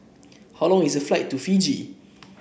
how long is the flight to Fiji